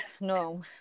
no